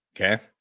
Okay